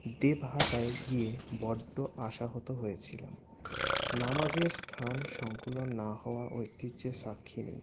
দেবহাটায় গিয়ে বড্ড আশাহত হয়েছিলাম নামাজের স্থান সঙ্কুলন না হওয়া ঐতিহ্যের সাক্ষী নেই